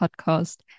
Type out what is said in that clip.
podcast